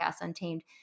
Untamed